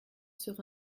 sur